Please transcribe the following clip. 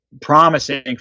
promising